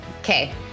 okay